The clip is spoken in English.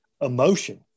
emotion